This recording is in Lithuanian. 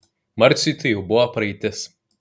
marciui tai jau buvo praeitis